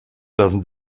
lassen